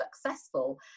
successful